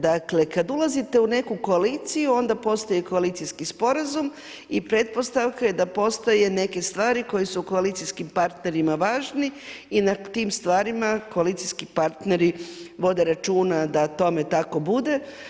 Dakle, kad ulazite u neku koaliciju onda postoji koalicijski sporazum i pretpostavka je da postoje neke stvari koje su koalicijskim partnerima važni i na tim stvarima koalicijski partneri vode računa da tome tako bude.